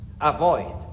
Avoid